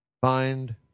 find